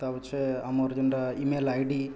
ତା ପଛେ ଆମର୍ ଯେଣ୍ଟା ଇମେଲ୍ ଆଇ ଡ଼ି